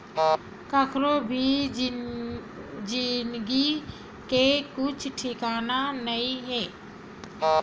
कखरो भी जिनगी के कुछु ठिकाना नइ हे